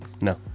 No